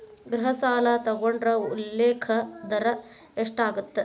ಗೃಹ ಸಾಲ ತೊಗೊಂಡ್ರ ಉಲ್ಲೇಖ ದರ ಎಷ್ಟಾಗತ್ತ